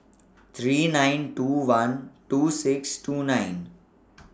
three nine two one two six two nine